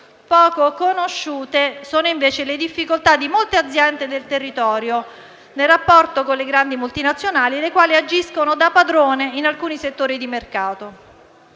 poco conosciute sono invece le difficoltà di molte aziende del territorio nel rapporto con le grandi multinazionali, le quali agiscono da padrone in alcuni settori di mercato.